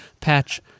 patch